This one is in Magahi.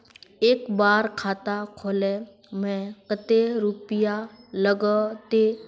एक बार खाता खोले में कते रुपया लगते?